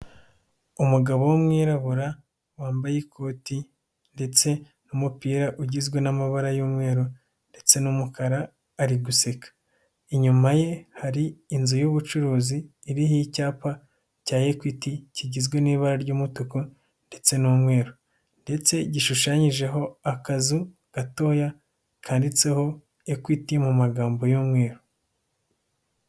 Umugabo w'umwirabura wambaye ikoti ndetse n'umupira ugizwe n'amabara y'umweru ndetse n'umukara ari guseka, inyuma ye hari inzu y'ubucuruzi iriho icyapa cya Ekwiti kigizwe n'ibara ry'umutuku ndetse n'umweru ndetse gishushanyijeho akazu gatoya kanditseho Ekwiti mu magambo y'umweru.